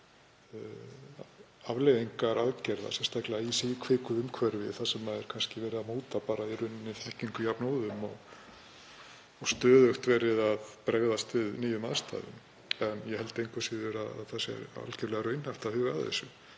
afleiðingar aðgerða, sérstaklega í síkviku umhverfi þar sem kannski er verið að móta þekkingu jafnóðum og stöðugt verið að bregðast við nýjum aðstæðum. En ég held engu að síður að það sé algerlega raunhæft að huga að þessu.